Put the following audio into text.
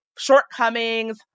Shortcomings